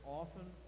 often